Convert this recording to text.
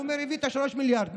והוא אומר: הבאתי 3 מיליארד.